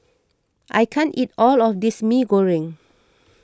I can't eat all of this Mee Goreng